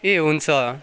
ए हुन्छ